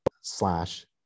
slash